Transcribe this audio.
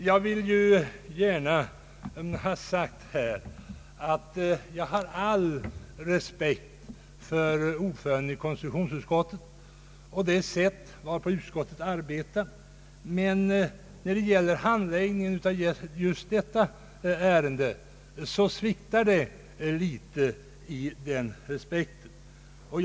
Jag vill gärna framhålla att jag hyser all respekt för konstitutionsutskottets ordförande och det sätt varpå utskottet arbetar, men när det gäller handläggningen av just detta ärende sviktar respekten något.